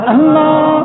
Allah